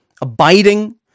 abiding